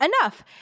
enough